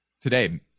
today